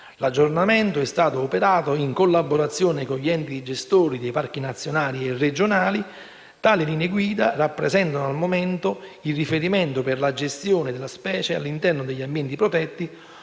L'aggiornamento è stato operato in collaborazione con gli enti gestori dei Parchi nazionali e regionali. Tali linee guida rappresentano al momento il riferimento per la gestione della specie all'interno degli ambienti protetti,